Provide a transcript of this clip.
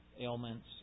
ailments